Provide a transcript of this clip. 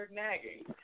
nagging